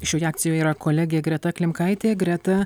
šioje akcijoje yra kolegė greta klimkaitė greta